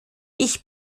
ich